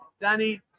Danny